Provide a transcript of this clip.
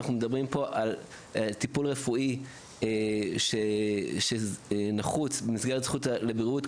אנחנו מדברים פה על טיפול רפואי שנחוץ במסגרת הזכות לבריאות.